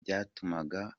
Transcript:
byatumaga